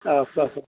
आथसा